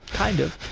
kind of.